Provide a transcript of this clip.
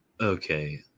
Okay